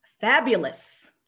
fabulous